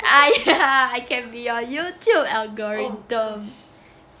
!aiya! I can be your Youtube algorithm